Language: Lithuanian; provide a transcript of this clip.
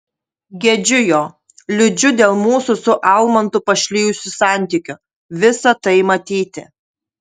gedžiu jo liūdžiu dėl mūsų su almantu pašlijusių santykių visa tai matyti